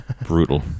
Brutal